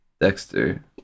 Dexter